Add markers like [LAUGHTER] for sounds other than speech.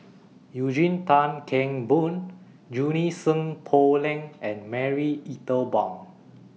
[NOISE] Eugene Tan Kheng Boon Junie Sng Poh Leng and Marie Ethel Bong